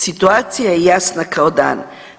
Situacija je jasna kao dan.